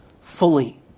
fully